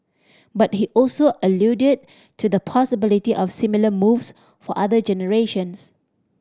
but he also alluded to the possibility of similar moves for other generations